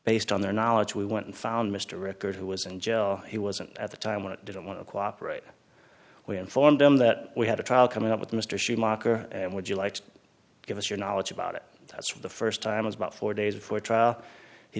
based on their knowledge we went and found mr record who was in jail he wasn't at the time when it didn't want to cooperate we informed him that we had a trial coming up with mr schumacher and would you like to give us your knowledge about it as for the first time about four days before trial he